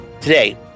today